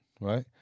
right